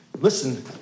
Listen